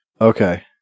okay